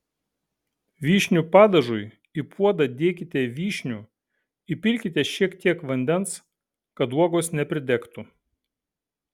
vyšnių padažui į puodą dėkite vyšnių įpilkite šiek tiek vandens kad uogos nepridegtų